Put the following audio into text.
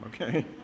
okay